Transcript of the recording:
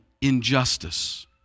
injustice